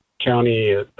county